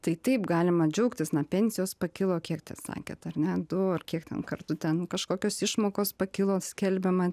tai taip galima džiaugtis na pensijos pakilo kiek ten sakėt ar ne du ar kiek ten kartų ten kažkokios išmokos pakilo skelbiama